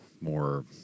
more